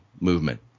movement